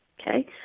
okay